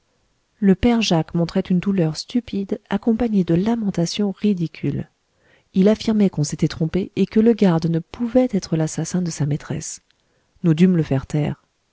le père jacques montrait une douleur stupide accompagnée de lamentations ridicules il affirmait qu'on s'était trompé et que le garde ne pouvait être l'assassin de sa maîtresse nous dûmes le faire taire